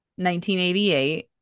1988